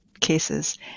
cases